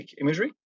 imagery